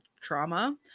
trauma